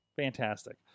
fantastic